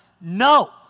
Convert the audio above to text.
No